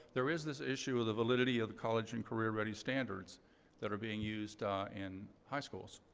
there is this issue of the validity of the college and career ready standards that are being used in high schools.